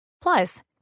Plus